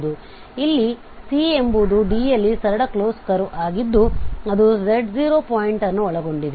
ಆದ್ದರಿಂದ ಇಲ್ಲಿ C ಎಂಬುದು D ಯಲ್ಲಿ ಸರಳ ಕ್ಲೋಸ್ ಕರ್ವ್ ಆಗಿದ್ದು ಅದು z0 ಪಾಯಿಂಟ್ ಅನ್ನು ಒಳಗೊಂಡಿದೆ